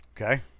Okay